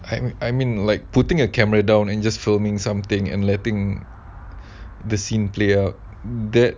I mean like putting a camera down and just filming something and letting the scene play out that